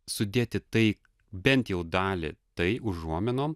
sudėti tai bent jau dalį tai užuominom